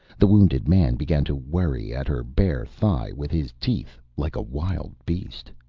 the wounded man began to worry at her bare thigh with his teeth like a wild beast.